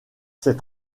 ses